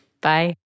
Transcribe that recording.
Bye